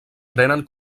prenen